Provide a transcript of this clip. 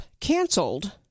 canceled